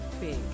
big